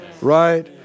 right